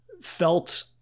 felt